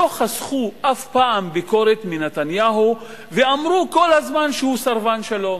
שלא חסכו אף פעם ביקורת מנתניהו ואמרו כל הזמן שהוא סרבן שלום,